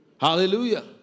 Hallelujah